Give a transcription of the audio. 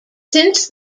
since